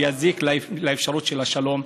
ויזיק לאפשרות של השלום.